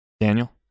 Daniel